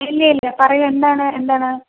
ഇല്ല ഇല്ല പറയൂ എന്താണ് എന്താണ്